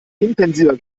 intensiver